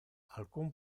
alcun